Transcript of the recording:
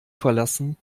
verlassen